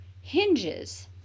hinges